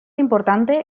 importante